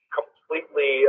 completely